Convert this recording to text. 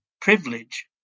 privilege